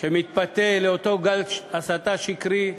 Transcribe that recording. שמתפתה לאותו גל הסתה שקרי,